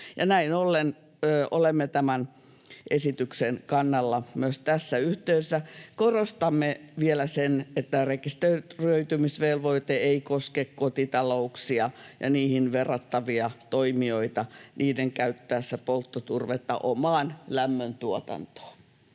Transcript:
Näin ollen olemme tämän esityksen kannalla myös tässä yhteydessä. Korostamme vielä sitä, että tämä rekisteröitymisvelvoite ei koske kotitalouksia ja niihin verrattavia toimijoita niiden käyttäessä polttoturvetta omaan lämmöntuotantoon.